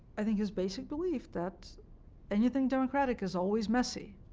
i think, his basic belief that anything democratic is always messy,